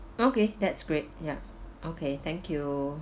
okay that's great ya okay thank you